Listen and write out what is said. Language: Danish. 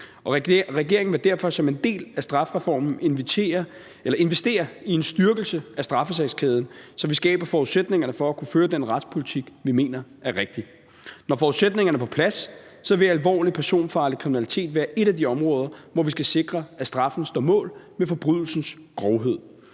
Regeringen vil derfor som en del af strafreformen investere i en styrkelse af straffesagskæden, så vi skaber forudsætningerne for at kunne føre den retspolitik, vi mener er rigtig. Når forudsætningerne er på plads, vil alvorlig personfarlig kriminalitet være et af de områder, hvor vi skal sikre, at straffen står mål med forbrydelsens grovhed.